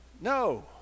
no